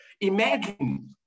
Imagine